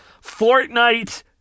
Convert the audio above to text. Fortnite